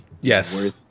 yes